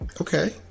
Okay